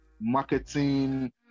marketing